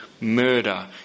murder